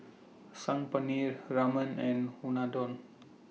Saag Paneer Ramen and Unadon